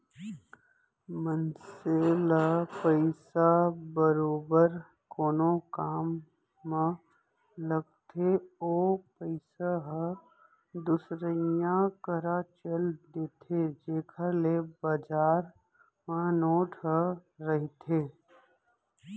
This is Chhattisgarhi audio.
मनसे ल पइसा बरोबर कोनो काम म लगथे ओ पइसा ह दुसरइया करा चल देथे जेखर ले बजार म नोट ह रहिथे